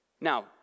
Now